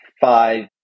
five